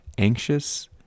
Anxious